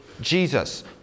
Jesus